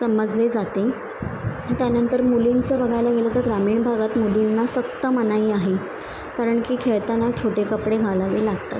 समजले जाते त्यानंतर मुलींचं बघायला गेलं तर ग्रामीण भागात मुलींना सक्त मनाई आहे कारणकी खेळताना छोटे कपडे घालावे लागतात